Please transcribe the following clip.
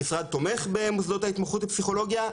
המשרד תומך במוסדות ההתמחות בפסיכולוגיה,